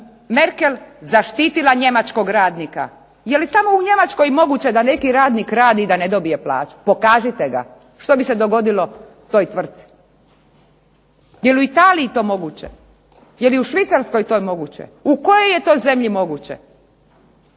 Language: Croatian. Merkel zaštitila njemačkog radnika. Jel je tamo u Njemačkoj moguće da neki radnik radi a ne dobije plaću? Pokažite ga. Što bi se dogodilo toj tvrtki? Jeli u Italiji to moguće, jel u Švicarskoj to moguće? U kojoj je to zemlji moguće?